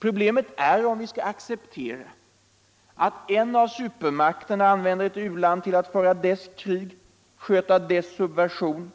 Problemet är om vi skall acceptera att en av supermakterna använder ett u-land till att föra dess krig, sköta dess subversion,